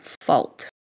fault